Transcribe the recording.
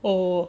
oh